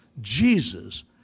Jesus